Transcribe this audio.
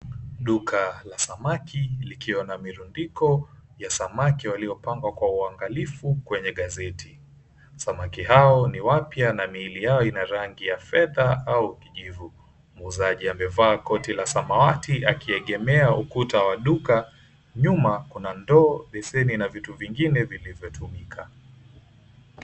Duka la samaki likiwa na mirundiko ya samaki waliopangwa kwa uangalifu kwenye gazeti. Samaki hao ni wapya na miili yao ina rangi ya fedha au kijivu. Muuzaji amevaa koti la samawati akiyegemea ukuta wa duka nyuma kuna ndoo beseni na vitu vingine vilivyotumika.